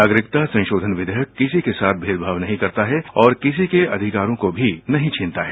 नागरिकता संशोधन विधेयक किसी के साथ भेदभाव नहीं करता है और किसी के अधिकारों को नहीं छीनता है